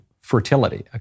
fertility